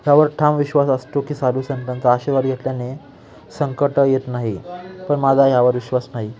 ह्यावर ठाम विश्वास असतो की साधू संतांचा आशिर्वाद घेतल्याने संकटं येत नाही पण माझा ह्यावर विश्वास नाही